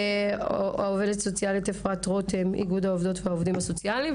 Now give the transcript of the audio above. עובדת סוציאלית אפרת רותם מאיגוד העובדות והעובדים הסוציאליים,